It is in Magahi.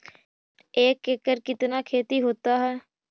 एक एकड़ कितना खेति होता है?